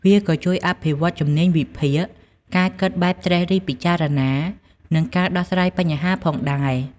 វាក៏ជួយអភិវឌ្ឍជំនាញវិភាគ ការគិតបែបត្រិះរិះពិចារណា និងការដោះស្រាយបញ្ហាផងដែរ។